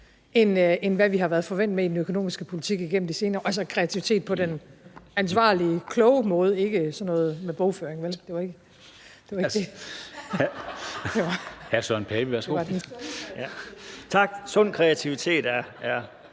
end hvad vi har været forvænt med i den økonomiske politik igennem de senere år – altså kreativitet på den ansvarlige, kloge måde, ikke sådan noget med bogføring, vel? Det var ikke det. (Munterhed). Kl. 13:54 Formanden (Henrik